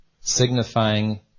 signifying